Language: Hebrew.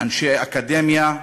אנשי אקדמיה,